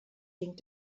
ging